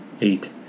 eight